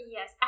Yes